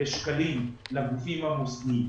בשקלים לעמיתים המוסדיים,